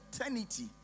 eternity